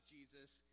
Jesus